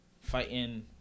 fighting